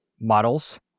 models